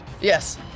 Yes